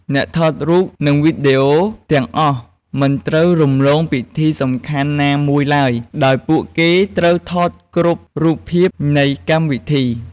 អ្នកថតរូប និងវីដេអូទាំងអស់មិនត្រូវរំលងពិធីសំខាន់ណាមួយឡើយ ដោយពួកគេត្រូវថតគ្រប់រូបភាពនៃកម្មវីធី។